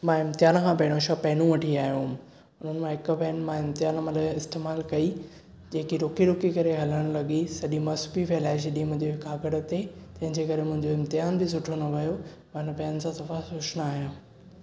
मां इम्तिहान खां पहिरियों छ पैनियूं वठी आयो हुयमि उन्हनि मां हिक पैन मां इम्तिहान महिल इस्तेमाल कई जेकी रुकी रुकी करे हलण लॻी सॼी मस बि फहिलाए छॾी मुंहिंजे कागर ते तंहिंजे करे मुंहिंजो इम्तिहान बि सुठो न वयो मां इन पैन सां सफ़ा खुश न आहियां